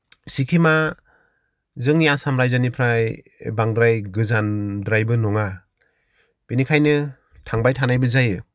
सिक्किमा जोंनि आसाम रायजोनिफ्राय बांद्राय गोजानद्रायबो नङा बेनिखायनो थांबाय थानायबो जायो